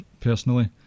personally